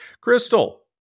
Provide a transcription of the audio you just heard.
Crystal